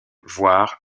voire